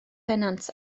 pennant